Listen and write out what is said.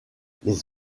les